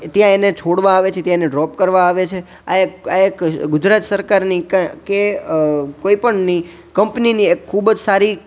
ત્યાં એને છોડવા આવે છે ત્યાં એને ડ્રોપ કરવા આવે છે આ એક આ એક ગુજરાત સરકારની કે કોઈ પણની કંપનીની એક ખૂબ જ સારી